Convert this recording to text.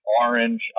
Orange